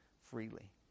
freely